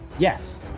Yes